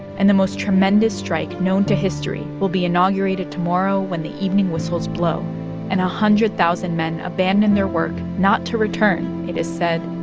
and the most tremendous strike known to history will be inaugurated tomorrow when the evening whistles blow and one hundred thousand men abandon their work not to return, it is said,